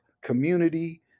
community